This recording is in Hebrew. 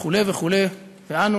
וכו' וכו' ואנו